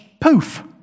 poof